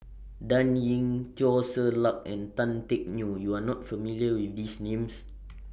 Dan Ying Teo Ser Luck and Tan Teck Neo YOU Are not familiar with These Names